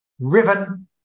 riven